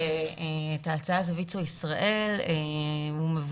ויצו ישראל ניסחה את ההצעה.